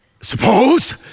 Suppose